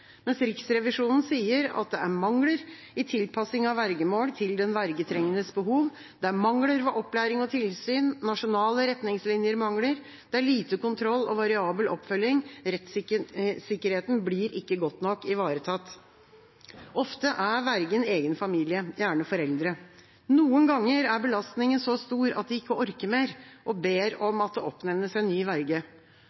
mens Riksrevisjonen sier at det er mangler i tilpassing av vergemål til den vergetrengendes behov, det er mangler ved opplæring og tilsyn, nasjonale retningslinjer mangler, det er lite kontroll og variabel oppfølging, og rettssikkerheten blir ikke godt nok ivaretatt. Ofte er vergen egen familie, gjerne foreldre. Noen ganger er belastningen så stor at de ikke orker mer, og ber om